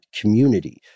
community